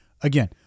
again